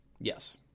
Yes